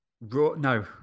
No